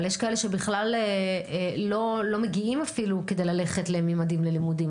אבל יש כאלה שבכלל לא מגיעים אפילו כדי ללכת לממדים ללימודים.